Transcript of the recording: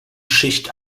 schicht